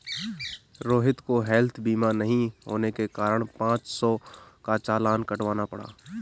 रोहित को हैल्थ बीमा नहीं होने के कारण पाँच सौ का चालान कटवाना पड़ा